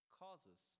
causes